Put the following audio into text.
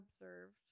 observed